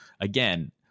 again